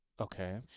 Okay